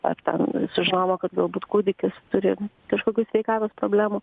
ar ten sušalo kad galbūt kūdikis turi kažkokių sveikatos problemų